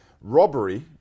robbery